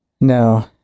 No